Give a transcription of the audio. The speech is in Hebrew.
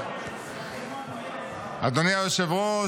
אדוני היושב-ראש,